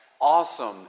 awesome